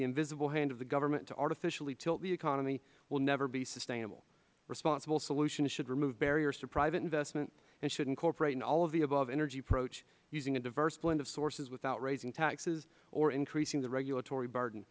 the invisible hand of the government to artificially tilt the economy will never be sustainable responsible solutions should remove barriers for private investment and should incorporate an all of the above energy approach using a diverse blend of sources without raising taxes or increasing the regulatory b